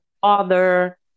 father